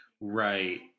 Right